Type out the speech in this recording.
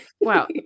Wow